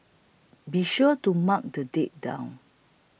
be sure to mark the date down